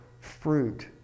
fruit